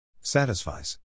Satisfies